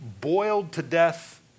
boiled-to-death